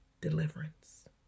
deliverance